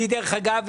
דרך אגב,